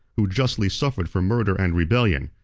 who justly suffered for murder and rebellion.